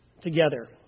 together